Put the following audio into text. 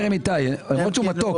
אני אדבר עם איתי, למרות שהוא מתוק.